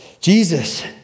Jesus